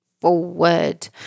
forward